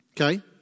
Okay